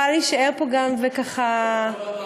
אני יכולה להישאר פה גם וככה לדבר,